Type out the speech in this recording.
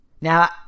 Now